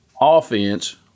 offense